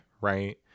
Right